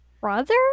brother